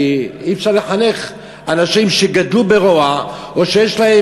כי אי-אפשר לחנך אנשים שגדלו ברוע או שיש להם